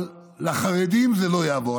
אבל לחרדים זה לא יעבור.